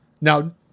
Now